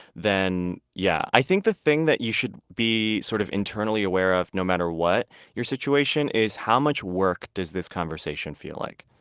then, yeah. i think the thing that you should be sort of internally aware of, no matter what your situation, is how much work does this conversation feel like?